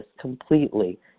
completely